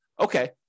okay